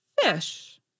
fish